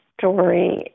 story